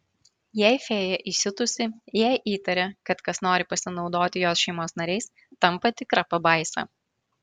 jei fėja įsiutusi jei įtaria kad kas nori pasinaudoti jos šeimos nariais tampa tikra pabaisa